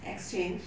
exchange